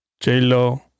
j-lo